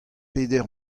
peder